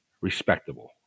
Respectable